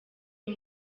uyu